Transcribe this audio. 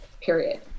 period